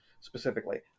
specifically